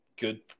good